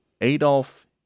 Adolf